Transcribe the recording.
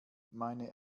meine